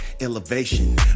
elevation